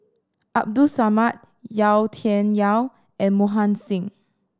Abdul Samad Yau Tian Yau and Mohan Singh